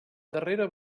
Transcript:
darrera